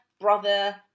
brother